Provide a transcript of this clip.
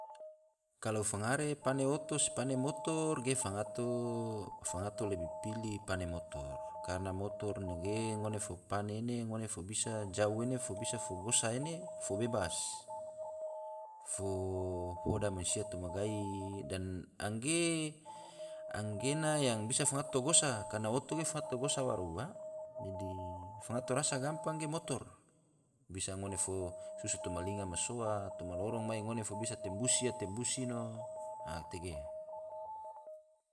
Kalo fangare pane oto se pane motor, ge fangato lebih pili pane motor, karna motor nege ngone fo pane ine ngone fo bisa jau ene, fo bisa gosa ene fo bebas, fo hoda mansia toma gai dan anggena yang bisa fangato gosa, karna oto ge fangato gosa waro ua, dadi fangato rasa gampang ge motor, bisa ngone fo susu toma linga ma soa, toma lorong me ngone fo bisa tembus ia, tembus ino. a tege